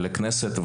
לכנסת,